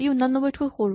ই ৮৯ তকৈ সৰু